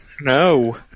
No